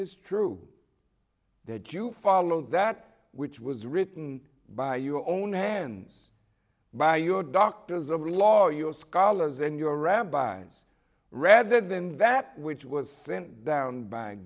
is true that you follow that which was written by your own hands by your doctors of law your scholars and your rabbis rather than that which was sent down by